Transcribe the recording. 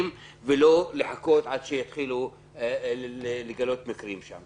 ולא לחכות עד שיתחילו לגלות שם מקרי הדבקה.